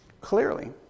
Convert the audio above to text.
Clearly